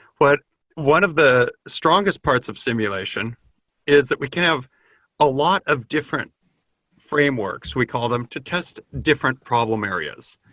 but one of the strongest parts of simulation is that we can have a lot of different frameworks. we call them to test different problem areas.